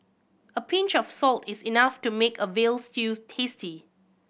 a pinch of salt is enough to make a veal stews tasty